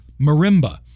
Marimba